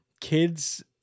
kids